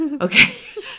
Okay